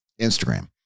Instagram